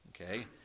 okay